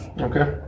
Okay